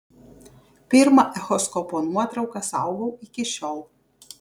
pirmą echoskopo nuotrauką saugau iki šiol